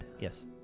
Yes